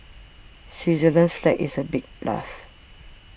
Switzerland's flag is a big plus